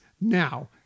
now